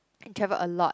I travel a lot